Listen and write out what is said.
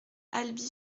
alby